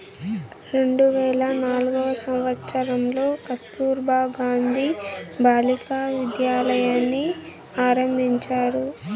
రెండు వేల నాల్గవ సంవచ్చరంలో కస్తుర్బా గాంధీ బాలికా విద్యాలయని ఆరంభించారు